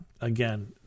Again